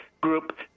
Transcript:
group